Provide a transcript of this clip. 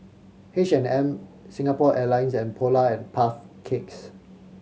H and M Singapore Airlines and Polar and Puff Cakes